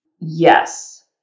Yes